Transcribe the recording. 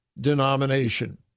denomination